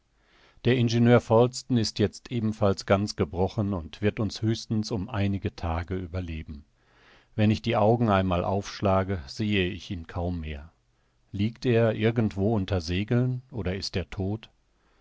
der ingenieur falsten ist jetzt ebenfalls ganz gebrochen und wird uns höchstens um einige tage überleben wenn ich die augen einmal aufschlage sehe ich ihn kaum mehr liegt er irgendwo unter segeln oder ist er todt